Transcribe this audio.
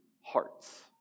hearts